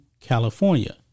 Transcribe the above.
California